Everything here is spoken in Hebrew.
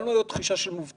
לא תהיה להם תחושה של מובטלים,